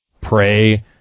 pray